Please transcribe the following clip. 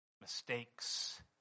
mistakes